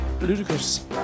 ludicrous